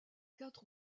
quatre